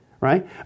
right